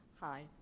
Hi